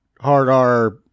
hard-R